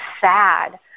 sad